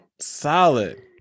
Solid